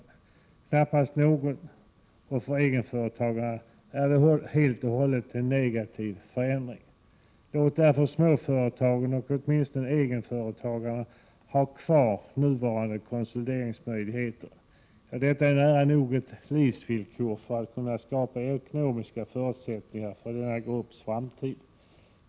De får knappast något. Och för egenföretagaren är förändringen helt och hållet negativ. Låt därför småföretagen och åtminstone egenföretagarna ha kvar nuvarande konsolideringsmöjligheter. Ja, detta är nära nog ett livsvillkor för att kunna skapa ekonomiska förutsättningar för denna grupps framtid.